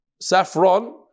saffron